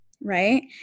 right